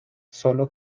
solo